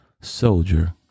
soldier